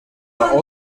are